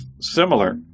similar